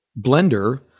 blender